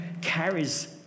carries